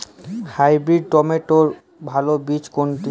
Hybrid টমেটোর ভালো বীজ কোনটি?